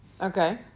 Okay